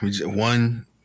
One